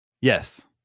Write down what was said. Yes